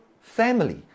family